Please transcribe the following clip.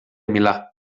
milà